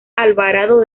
alvarado